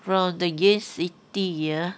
from the gain city ah